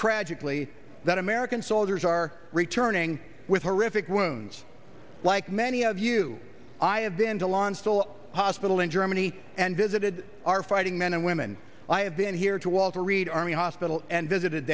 tragically that american soldiers are returning with horrific wounds like many of you i have been to launch toll hospital in germany and visited our fighting men and women i have been here to walter reed army hospital and visited